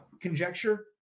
conjecture